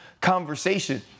conversation